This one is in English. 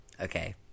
Okay